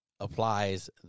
Applies